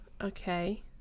okay